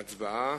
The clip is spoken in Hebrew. הצבעה.